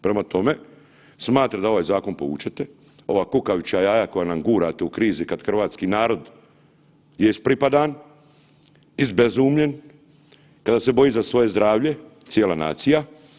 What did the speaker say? Prema tome, smatram da ovaj zakon povučete, ova kukavičja jaja koja nam gurate u krizi kad hrvatski narod je ispripadan, izbezumljen, kada se boji za svoje zdravlje, cijela nacija.